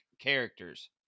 characters